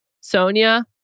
Sonia